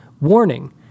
warning